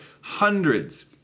hundreds